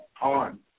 on